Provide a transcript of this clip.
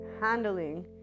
handling